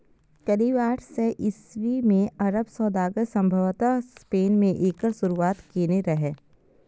करीब आठ सय ईस्वी मे अरब सौदागर संभवतः स्पेन मे एकर शुरुआत केने रहै